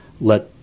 Let